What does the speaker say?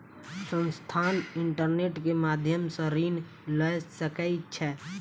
संस्थान, इंटरनेट के माध्यम सॅ ऋण लय सकै छै